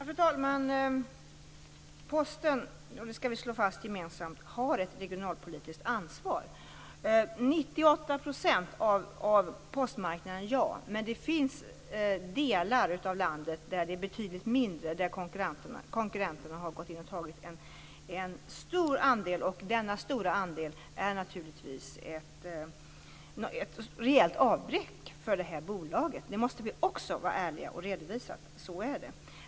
Fru talman! Posten - vi skall gemensamt slå fast detta - har ett regionalpolitiskt ansvar. Det stämmer att Posten har 98 % av marknaden i dag. Men det finns delar av landet där det är betydligt mindre och där konkurrenterna har gått in och tagit en stor andel, och denna stora andel är naturligtvis ett reellt avbräck för detta bolag. Det måste vi också vara ärliga och redovisa.